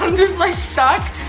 and just like stuck?